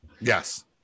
Yes